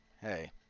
hey